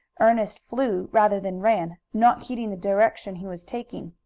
ernest flew rather than ran, not heeding the direction he was taking.